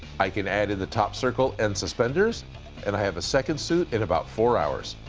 i can add in the top circle and suspenders and i have a second suit in about four hours.